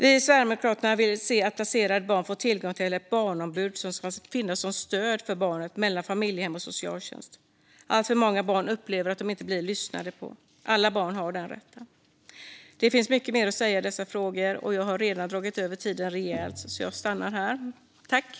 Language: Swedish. Vi i Sverigedemokraterna vill se att placerade barn får tillgång till ett barnombud som ska finnas som ett stöd för barnet i kontakten med familjehem och socialtjänst. Alltför många barn upplever att de inte blir lyssnade på. Alla barn har den rätten. Det finns mycket mer att säga i dessa frågor, men jag har redan överskridit min talartid rejält. Jag stannar därför där.